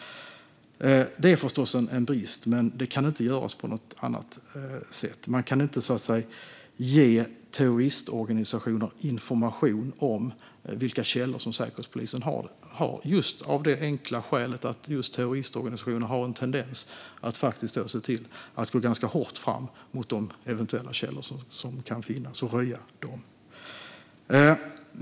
Det är förstås en brist, men det kan inte göras på något annat sätt. Man kan inte ge terroristorganisationer information om vilka källor som säkerhetspolisen har, just av det enkla skälet att terroristorganisationer har en tendens att gå hårt fram mot de eventuella källor som finns som kan röja dem.